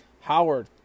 Howard